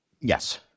Yes